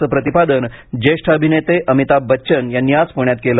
असे प्रतिपादन ज्येष्ठ अभिनेते अमिताभ बच्चन यांनी आज पुण्यात केले